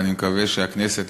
ואני מקווה שהכנסת,